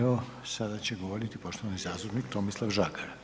Evo sada će govoriti poštovani zastupnik Tomislav Žagar.